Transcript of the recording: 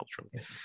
culturally